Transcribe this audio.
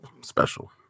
special